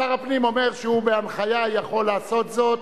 שר הפנים אומר שהוא בהנחיה יכול לעשות זאת.